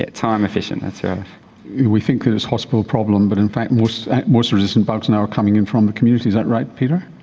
ah time efficient, that's we think that it's a hospital problem but in fact most most resistant bugs now are coming in from the community, is that right, peter?